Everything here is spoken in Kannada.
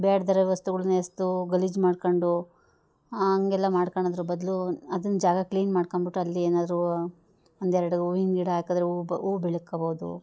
ಬೇಡ್ದೆ ಇರೋ ವಸ್ತುಗಳ್ನ್ ಎಸೆದು ಗಲೀಜು ಮಾಡ್ಕೊಂಡು ಹಂಗೆಲ್ಲಾ ಮಾಡ್ಕಳೋದ್ರ್ ಬದಲು ಅದುನ್ನ ಜಾಗ ಕ್ಲೀನ್ ಮಾಡ್ಕೊಂಡ್ಬುಟ್ ಅಲ್ಲಿ ಏನಾರೂ ಒಂದೆರಡು ಹೂವಿನ್ ಗಿಡ ಹಾಕದ್ರೆ ಹೂವು ಬ ಹೂವು ಬೆಳ್ಕೋಬೋದು